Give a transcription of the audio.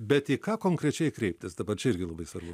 bet į ką konkrečiai kreiptis dabar čia irgi labai svarbu